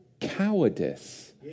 cowardice